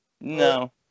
No